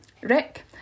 Rick